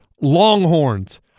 Longhorns